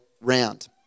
round